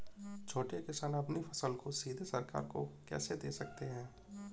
छोटे किसान अपनी फसल को सीधे सरकार को कैसे दे सकते हैं?